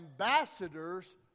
ambassadors